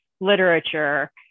literature